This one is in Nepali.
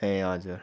ए हजुर